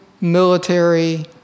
military